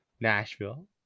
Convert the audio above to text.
Nashville